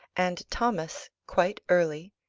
and thomas, quite early,